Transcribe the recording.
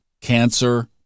cancer